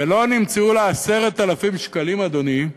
ולא נמצאו לה 10,000 שקלים, אדוני,